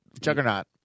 Juggernaut